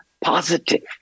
positive